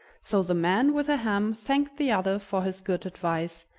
so the man with the ham thanked the other for his good advice,